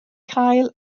cael